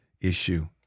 issue